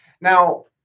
now